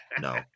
no